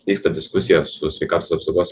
keista diskusija su sveikatos apsaugos